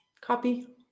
copy